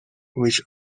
which